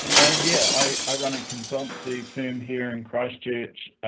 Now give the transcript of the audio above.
and yeah, i i run it consultancy firm here in christchurch. ah,